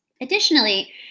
Additionally